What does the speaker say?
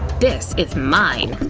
this is mine.